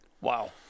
Wow